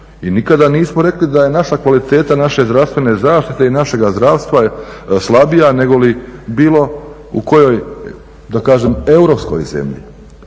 nikada nismo rekli da je naša kvaliteta naše zdravstvene zaštite i našega zdravstva slabija negoli u bilo kojoj da kažem europskoj zemlji